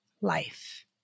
life